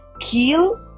kill